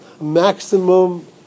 maximum